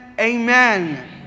amen